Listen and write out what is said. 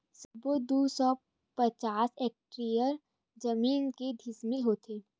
सबो दू सौ पचास हेक्टेयर जमीन के डिसमिल होथे?